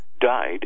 died